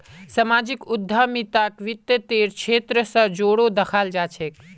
सामाजिक उद्यमिताक वित तेर क्षेत्र स जोरे दखाल जा छेक